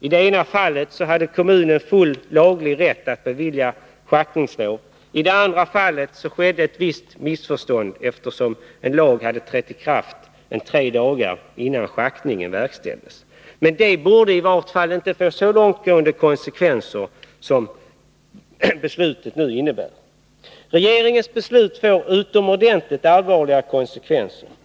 I det ena fallet hade kommunen fullt laglig rätt att bevilja schaktningslov. I det andra fallet var det fråga om ett visst missförstånd, eftersom en lag hade trätt i kraft tre dagar innan schaktningen verkställdes. Regeringens beslut får utomordentligt allvarliga konsekvenser.